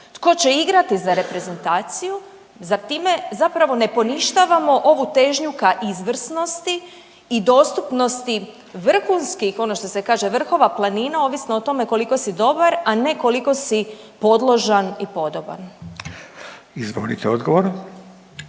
tko će igrati za reprezentaciju, zar time zapravo ne poništavamo ovu težnju ka izvrsnosti i dostupnosti vrhunskih ono što se kaže vrhova planina ovisno o tome koliko si dobar, a ne koliko si podložan i podoban? **Radin, Furio